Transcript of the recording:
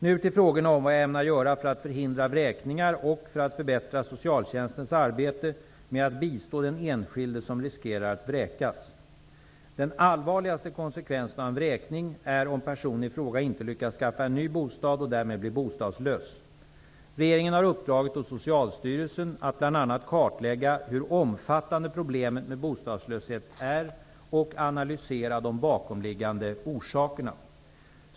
Nu till frågorna om vad jag ämnar göra för att förhindra vräkningar och för att förbättra socialtjänstens arbete med att bistå den enskilde som riskerar att vräkas. Den allvarligaste konsekvensen av en vräkning är om personen i fråga inte lyckas skaffa en ny bostad och därmed blir bostadslös. Regeringen har uppdragit åt Socialstyrelsen att bl.a. kartlägga hur omfattande problemet med bostadslöshet är och analysera de bakomliggande orsakerna.